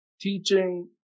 teaching